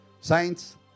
Saints